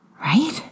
right